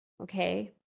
Okay